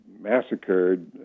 massacred